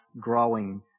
growing